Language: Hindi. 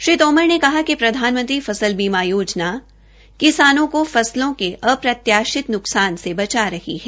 श्री तोमर ने कहा कि प्रधानमंत्री फसल बीमा योजना किसानों को फसलों के अप्रत्याशित न्कसान से बचा रही है